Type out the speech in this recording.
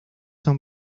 son